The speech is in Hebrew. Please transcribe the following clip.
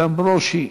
איתן ברושי,